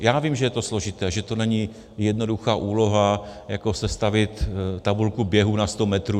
Já vím, že je to složité, že to není jednoduchá úloha jako sestavit tabulku běhu na sto metrů.